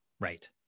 Right